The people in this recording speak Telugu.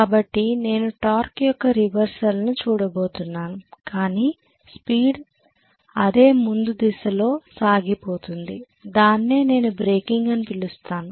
కాబట్టి నేను టార్క్ యొక్క రివర్సల్ను చూడబోతున్నాను కానీ స్పీడ్ అదే ముందు దిశలో సాగిపోతుంది దాన్నే నేను బ్రేకింగ్ అని పిలుస్తాను